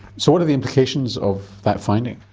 so what are the implications of that finding?